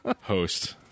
host